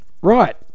Right